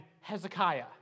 Hezekiah